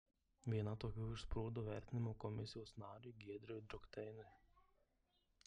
viena tokių išsprūdo vertinimo komisijos nariui giedriui drukteiniui